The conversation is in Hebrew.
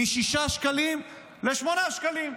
מ-6 שקלים ל-8 שקלים.